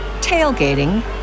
tailgating